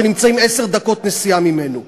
שנמצאים עשר דקות נסיעה ממנו?